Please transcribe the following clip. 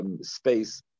space